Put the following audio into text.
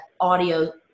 audio